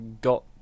got